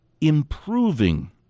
improving